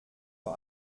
vor